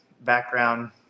background